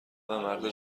مرد